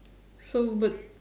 so would